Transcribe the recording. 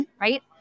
right